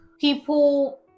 people